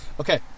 Okay